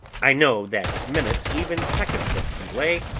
i knew that minutes, even seconds of delay,